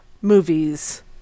movies